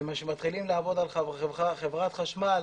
כשמתחילים לעבוד על חברת החשמל,